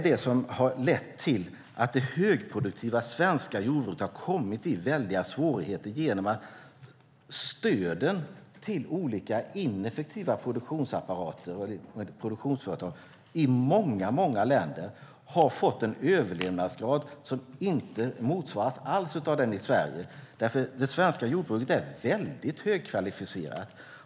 Det högproduktiva svenska jordbruket har kommit i väldiga svårigheter genom att stöden till olika ineffektiva produktionsföretag i många länder har fått en överlevnadsgrad som inte alls motsvaras av den i Sverige. Det svenska jordbruket är väldigt högkvalificerat.